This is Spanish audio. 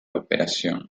operación